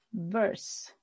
verse